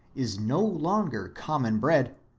is no longer common bread,